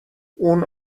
اون